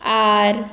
R